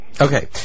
Okay